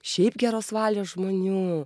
šiaip geros valios žmonių